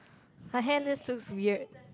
her hair looks so weird